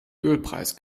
ölpreis